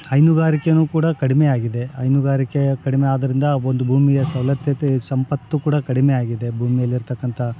ಹೈನುಗಾರಿಕೆ ಕೂಡ ಕಡಿಮೆ ಆಗಿದೆ ಹೈನುಗಾರಿಕೆ ಕಡಿಮೆ ಆದ್ದರಿಂದ ಒಂದು ಭೂಮಿಯ ಸವಲತತ್ತೆ ಸಂಪತ್ತು ಕೂಡ ಕಡಿಮೆ ಆಗಿದೆ ಭೂಮಿಯಲ್ ಇರ್ತಕ್ಕಂಥ